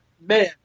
man